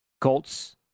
Colts